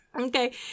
okay